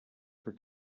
for